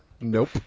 Nope